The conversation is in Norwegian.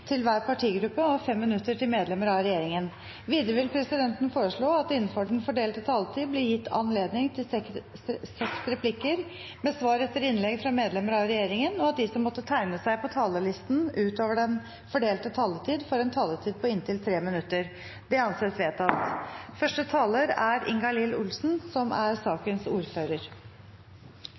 til hver partigruppe og 5 minutter til medlemmer av regjeringen. Videre vil presidenten foreslå at det – innenfor den fordelte taletid – blir gitt anledning til fem replikker med svar etter innlegg fra medlemmer av regjeringen, og at de som måtte tegne seg på talerlisten utover den fordelte taletid, får en taletid på inntil 3 minutter. – Det anses vedtatt. Dette er også et lovforslag det er